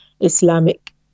islamic